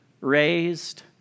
raised